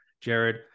Jared